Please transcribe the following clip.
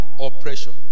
oppression